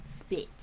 spit